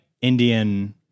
Indian